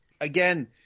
again